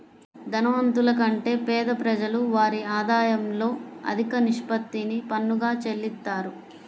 ధనవంతుల కంటే పేద ప్రజలు వారి ఆదాయంలో అధిక నిష్పత్తిని పన్నుగా చెల్లిత్తారు